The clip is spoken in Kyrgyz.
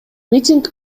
митинг